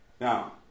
Now